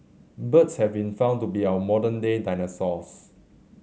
birds have been found to be our modern day dinosaurs